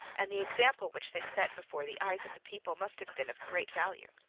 and the example which they set before the eyes of the people must have been of great value.